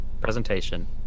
presentation